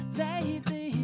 baby